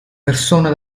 persona